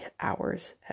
hours